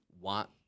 want